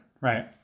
right